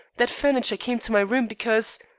that furniture came to my room because